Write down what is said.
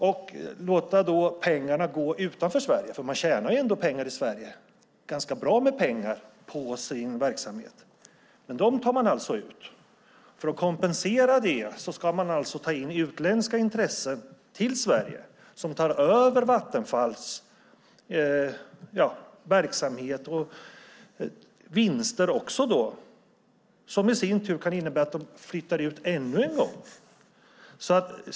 Man tar alltså ut pengar från Sverige - man tjänar ändå ganska bra med pengar på sin verksamhet - och för att kompensera det ska man ta in utländska intressen till Sverige som tar över Vattenfalls verksamhet och vinster, vilket i sin tur kan innebära att pengar flyter ut ännu en gång.